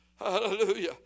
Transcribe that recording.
Hallelujah